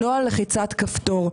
"נוהל לחיצת כפתור",